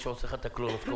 תלדור.